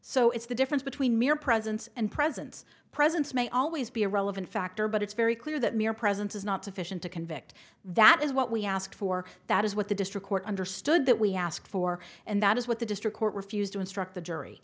so it's the difference between mere presence and presence presence may always be a relevant factor but it's very clear that mere presence is not sufficient to convict that is what we asked for that is what the district court understood that we asked for and that is what the district court refused to instruct the jury